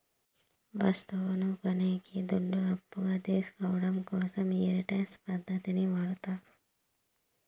వత్తువును కొనేకి దుడ్లు అప్పుగా తీసుకోవడం కోసం ఈ రిటర్న్స్ పద్ధతిని వాడతారు